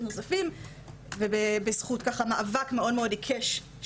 נוספים וזה בזכות גם מאבק ככה מאוד מאוד עיקש.